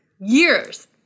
years